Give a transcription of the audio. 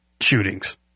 shootings